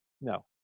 No